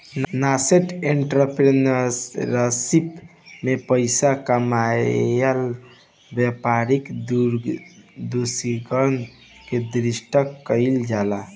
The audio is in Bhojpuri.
नासेंट एंटरप्रेन्योरशिप में पइसा कामायेला व्यापारिक दृश्टिकोण से उद्घाटन कईल जाला